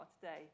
today